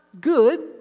good